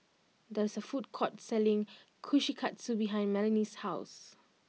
there is a food court selling Kushikatsu behind Melony's house